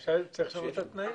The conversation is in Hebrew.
אז צריך לשנות את התנאים.